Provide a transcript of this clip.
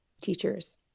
teachers